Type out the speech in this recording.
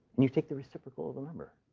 and you take the reciprocal of the number.